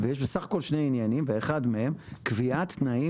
יש בסך הכול שני עניינים ואחד מהם "קביעת תנאים